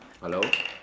hello